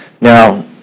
Now